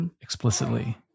explicitly